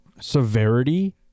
severity